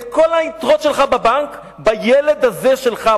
את כל היתרות שלך בבנק בילד הזה שלך,